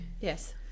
Yes